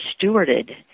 stewarded